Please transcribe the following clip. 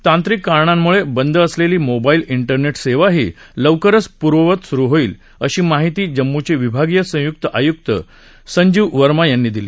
तांत्रिक कारणामुळे बंद असलेली मोबाईल इंटरनेट सेवाही लवकरच पूर्ववत सुरु होईल अशी माहिती जम्मूचे विभागीय आयुक्त संजीव वर्मा यांनी दिली